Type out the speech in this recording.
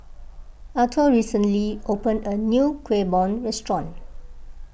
Arthor recently opened a new Kuih Bom restaurant